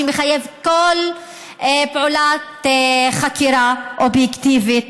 שמחייב כל פעולת חקירה אובייקטיבית,